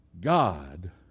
God